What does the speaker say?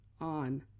on